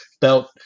belt